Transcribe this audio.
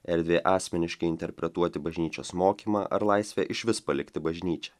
erdvė asmeniškai interpretuoti bažnyčios mokymą ar laisvę išvis palikti bažnyčią